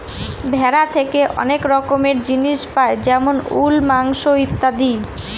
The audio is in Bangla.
ভেড়া থেকে অনেক রকমের জিনিস পাই যেমন উল, মাংস ইত্যাদি